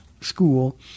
school